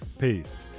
Peace